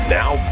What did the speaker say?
now